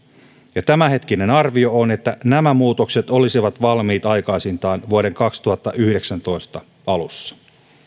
ja tämänhetkinen arvio on että nämä muutokset olisivat valmiita aikaisintaan vuoden kaksituhattayhdeksäntoista alussa